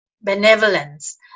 benevolence